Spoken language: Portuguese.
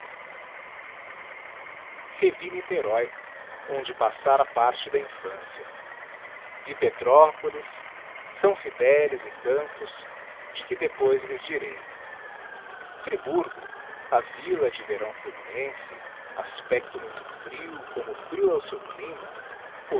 lavoura revi nictíieroy qnde passára parte da infância vi petrópolis fidelis e caqapofi de que dejis lhes direi friburgo a villa de verão fluminense aspecto muito frio como frio é o seu clima